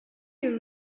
you